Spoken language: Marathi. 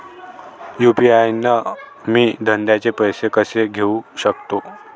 यू.पी.आय न मी धंद्याचे पैसे कसे देऊ सकतो?